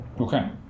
Okay